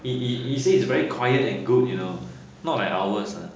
he he he says it's very quiet and good you know not like ours ah